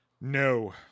No